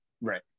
right